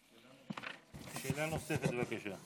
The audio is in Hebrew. שאלה נוספת, בבקשה.